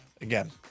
Again